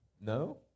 No